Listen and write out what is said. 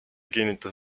kinnitas